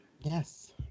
Yes